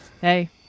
Hey